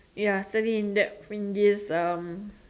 ya study in depth in this um